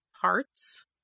parts